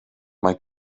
mae